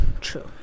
true